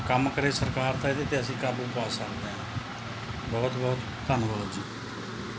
ਕੰਮ ਕਰੇ ਸਰਕਾਰ ਤਾਂ ਇਹਦੇ 'ਤੇ ਅਸੀਂ ਕਾਬੂ ਪਾ ਸਕਦੇ ਹਾਂ ਬਹੁਤ ਬਹੁਤ ਧੰਨਵਾਦ ਜੀ